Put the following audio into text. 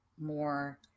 more